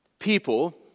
People